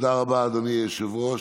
תודה רבה, אדוני היושב-ראש.